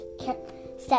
step